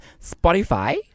Spotify